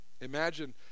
Imagine